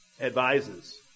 advises